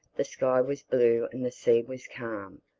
the sky was blue and the sea was calm.